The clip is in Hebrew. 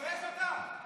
תתבייש אתה.